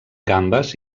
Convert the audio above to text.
gambes